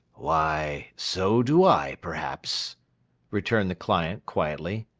why, so do i perhaps returned the client quietly.